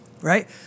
right